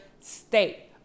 state